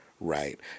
right